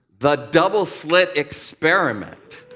the double slit experiment?